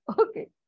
Okay